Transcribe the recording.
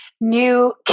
new